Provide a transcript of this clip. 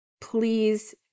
Please